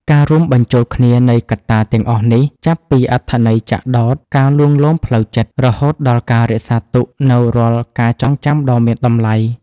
ការរួមបញ្ចូលគ្នានៃកត្តាទាំងអស់នេះ ចាប់ពីអត្ថន័យចាក់ដោត ការលួងលោមផ្លូវចិត្ត រហូតដល់ការរក្សាទុកនូវរាល់ការចងចាំដ៏មានតម្លៃ